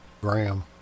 Graham